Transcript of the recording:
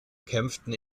kämpften